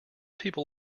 people